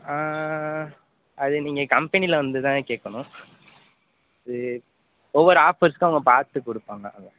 அதை நீங்கள் கம்பெனியில் வந்து தான் கேட்கணும் இது ஒவ்வொரு ஆஃபர்ஸுக்கும் அவங்க பார்த்து கொடுப்பாங்க அதை